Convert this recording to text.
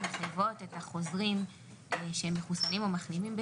שמחייבות את החוזרים שהם מחוסנים או מחלימים,